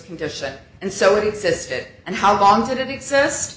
condition and so it existed and how long did it exist